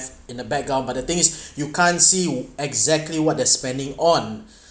in the background but the thing is you can't see exactly what they're spending on